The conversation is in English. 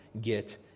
get